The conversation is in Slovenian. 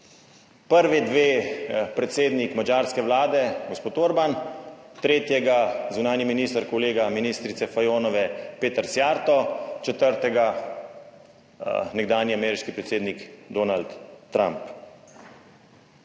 Prvi dve predsednik madžarske vlade gospod Orban, tretjega zunanji minister, kolega ministrice Fajonove Péter Szijjártó, četrtega nekdanji ameriški predsednik Donald Trump.